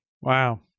Wow